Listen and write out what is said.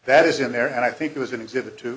that is in there and i think it was an exhibit to